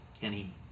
Kenny